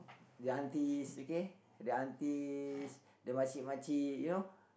the aunties okay the aunties the makcik-makcik you know